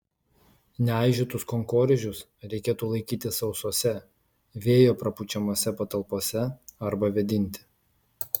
neaižytus kankorėžius reikėtų laikyti sausose vėjo prapučiamose patalpose arba vėdinti